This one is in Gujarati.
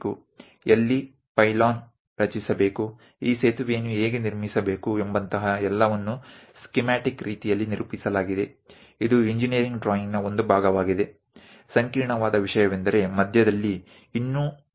અને દરેક વસ્તુને યોજનાકીય રીતે રજૂ કરવામાં આવે છે જેમ કે આ સસ્પેન્શન ક્યાં બનાવવું પડશે ક્યાં પાઇલન બનાવવી પડશે આ પુલ કેવી રીતે બનાવવો પડશે